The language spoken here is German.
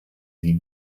sie